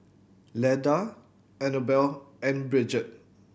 Leda Annabelle and Brigitte